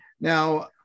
now